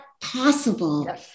possible